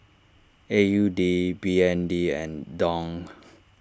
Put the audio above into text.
A U D B N D and Dong